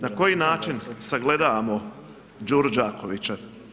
Na koji način sagledavamo Đuru Đakovića?